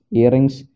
earrings